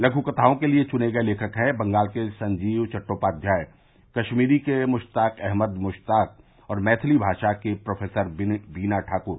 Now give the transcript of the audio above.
लघुकथाओं के लिए चुने गये लेखक हैं बंगला के संजीब चट्टोपाध्याय कश्मीरी के मुश्ताक अहमद मुश्ताक और मैथिली भाषा की प्रोफेसर बीना ठाकूर